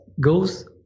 goes